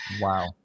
Wow